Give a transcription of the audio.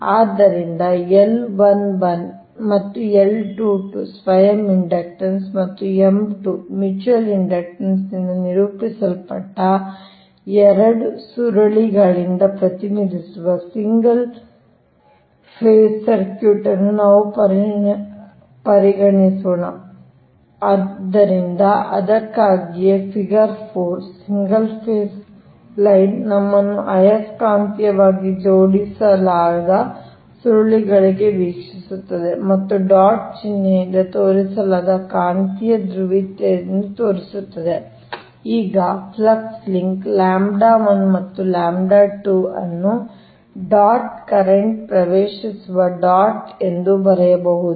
ಆದ್ದರಿಂದ L 11 ಮತ್ತು L 22 ಸ್ವಯಂ ಇಂಡಕ್ಟನ್ಸ್ ಮತ್ತು M 2 ಮ್ಯೂಚುಯಲ್ ಇಂಡಕ್ಟನ್ಸ್ ನಿಂದ ನಿರೂಪಿಸಲ್ಪಟ್ಟ 2 ಸುರುಳಿಗಳಿಂದ ಪ್ರತಿನಿಧಿಸುವ ಸಿಂಗಲ್ ಫೇಸ್ ಸರ್ಕ್ಯೂಟ್ ಅನ್ನು ನಾವು ಪರಿಗಣಿಸೋಣ ಆದ್ದರಿಂದ ಅದಕ್ಕಾಗಿಯೇ ಫಿಗರ್ 4 ಸಿಂಗಲ್ ಫೇಸ್ ಲೈನ್ ನಮ್ಮನ್ನು ಆಯಸ್ಕಾಂತೀಯವಾಗಿ ಜೋಡಿಸಲಾದ ಸುರುಳಿಗಳಿಗೆ ವೀಕ್ಷಿಸುತ್ತದೆ ಮತ್ತು ಡಾಟ್ ಚಿಹ್ನೆಯಿಂದ ತೋರಿಸಲಾದ ಕಾಂತೀಯ ಧ್ರುವೀಯತೆಗಳನ್ನು ತೋರಿಸುತ್ತದೆ ಈಗ ಫ್ಲಕ್ಸ್ ಲಿಂಕ್ λ 1 ಮತ್ತು λ 2 ಅನ್ನು ಆ ಡಾಟ್ ಕರೆಂಟ್ ಪ್ರವೇಶಿಸುವ ಡಾಟ್ ಎಂದು ಬರೆಯಬಹುದು